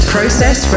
Process